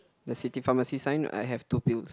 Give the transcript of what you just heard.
the city pharmacy sign I have two pills